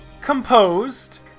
composed